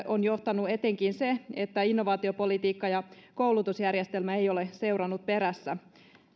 on johtanut etenkin se että innovaatiopolitiikka ja koulutusjärjestelmä eivät ole seuranneet perässä